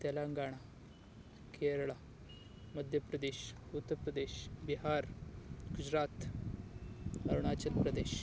Telangana Kerala Madhya Pradesh Uttar Pradesh Bihar Gujarat Arunachal Pradesh